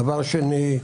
דבר שני,